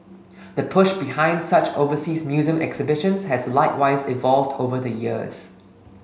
the push behind such overseas museum exhibitions has likewise evolved over the years